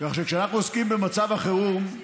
כך שכשאנחנו עוסקים במצב החירום,